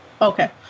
Okay